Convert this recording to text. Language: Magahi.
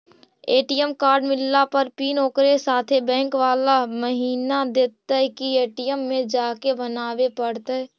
ए.टी.एम कार्ड मिलला पर पिन ओकरे साथे बैक बाला महिना देतै कि ए.टी.एम में जाके बना बे पड़तै?